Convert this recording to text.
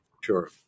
sure